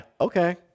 okay